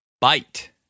Bite